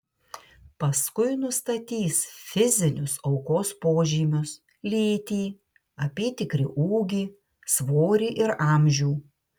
paskui nustatys fizinius aukos požymius lytį apytikrį ūgį svorį ir amžių